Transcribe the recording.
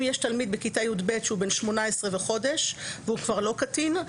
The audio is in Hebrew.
אם יש תלמיד בכיתה י"ב שהוא בן 18 וחודש והוא כבר לא קטין,